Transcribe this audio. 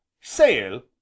Sale